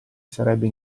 sarebbe